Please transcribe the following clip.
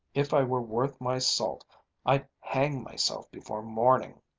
if i were worth my salt i'd hang myself before morning!